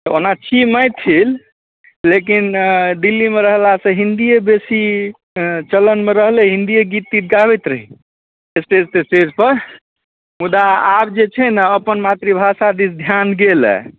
तऽ ओना छी मैथिल लेकिन दिल्लीमे रहलासँ हिन्दीए बेसी चलनमे रहलै हिन्दीए गीत तीत गाबैत रही इस्टेज तेस्टेजपर मुदा आब अपन मातृभाषा दिस धियान गेल अइ